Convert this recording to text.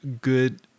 good